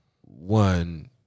one